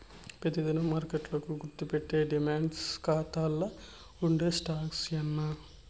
పెతి దినం మార్కెట్ కి గుర్తుపెట్టేయ్యి డీమార్ట్ కాతాల్ల ఉండే స్టాక్సే యాన్నా